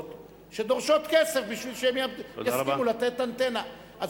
שדורשות כסף בשביל שהן יסכימו לתת אנטנה.